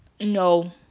No